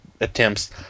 attempts